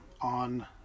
on